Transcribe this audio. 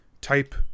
type